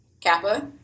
Kappa